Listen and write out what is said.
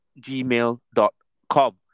gmail.com